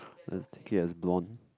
i'll just take it as blonde